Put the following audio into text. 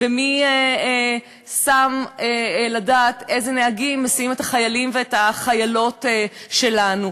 ומי שם יודע איזה נהגים מסיעים את החיילים והחיילות שלנו?